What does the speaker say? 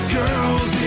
girls